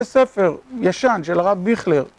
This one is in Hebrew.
זה ספר, ישן, של הרב ביכלר